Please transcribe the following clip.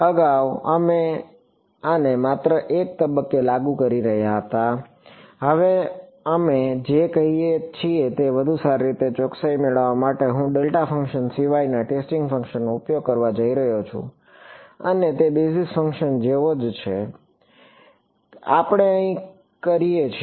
અગાઉ અમે આને માત્ર એક તબક્કે લાગુ કરી રહ્યા હતા હવે અમે જે કહીએ છીએ તે વધુ સારી ચોકસાઈ મેળવવા માટે હું ડેલ્ટા ફંક્શન સિવાયના ટેસ્ટિંગ ફંક્શનનો ઉપયોગ કરવા જઈ રહ્યો છું અને તે બેઝિસ ફંક્શન જેવો જ છે જે આપણે અહીં કરીએ છીએ